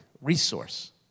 resource